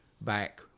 back